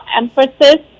emphasis